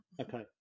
Okay